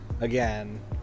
again